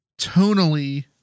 tonally